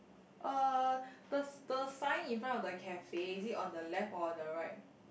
uh the the sign in front of the cafe is it on the left or on the right